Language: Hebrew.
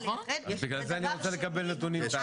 --- בגלל זה אני רוצה לקבל נתונים.